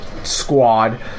squad